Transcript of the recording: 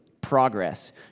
progress